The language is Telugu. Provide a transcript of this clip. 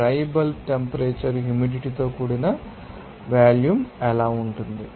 డ్రై బల్బ్ టెంపరేచర్ హ్యూమిడిటీ తో కూడిన వాల్యూమ్ ఎలా ఉంటుంది